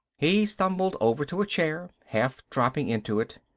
he stumbled over to a chair, half dropping into it.